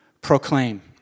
proclaim